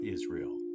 Israel